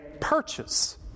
purchase